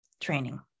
training